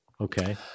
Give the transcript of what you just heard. Okay